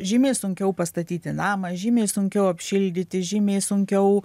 žymiai sunkiau pastatyti namą žymiai sunkiau apšildyti žymiai sunkiau